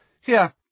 Here